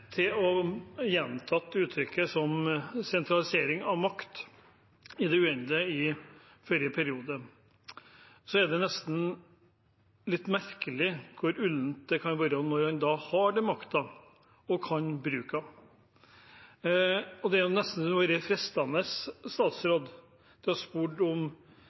gjentatt uttrykket sentralisering av makt i det uendelige i forrige periode, er det nesten litt merkelig hvor ullent det kan være når en har den makten – og kan bruke den. Det er nesten så det kunne vært fristende å spørre om